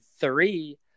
three